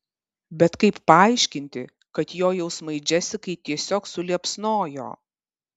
bet kaip paaiškinti kad jo jausmai džesikai tiesiog suliepsnojo